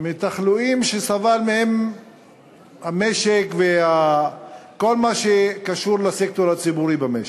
מתחלואים שסבל מהם המשק וכל מה שקשור לסקטור הציבורי במשק.